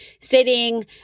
sitting